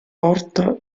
porta